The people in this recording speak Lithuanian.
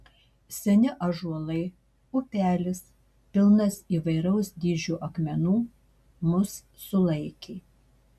seni ąžuolai upelis pilnas įvairaus dydžio akmenų mus sulaikė